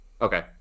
okay